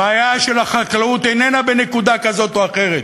הבעיה של החקלאות איננה בנקודה כזאת או אחרת,